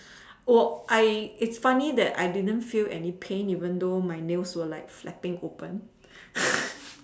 oh I it's funny that I didn't feel any pain even though my nails were like flipping open